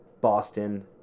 Boston